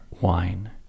wine